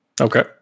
Okay